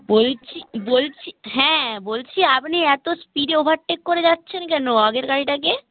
বলছি বলছি হ্যাঁ বলছি আপনি এত স্পিডে ওভারটেক করে যাচ্ছেন কেন আগের গাড়িটাকে